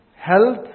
health